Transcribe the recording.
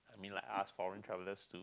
I mean like us foreign traveller to